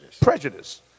Prejudice